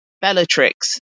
Bellatrix